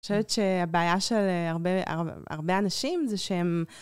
אני חושבת שהבעיה של הרבה אנשים זה שהם...